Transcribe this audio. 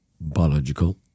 biological